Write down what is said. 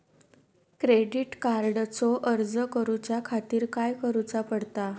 Credit कार्डचो अर्ज करुच्या खातीर काय करूचा पडता?